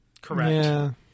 correct